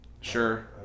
Sure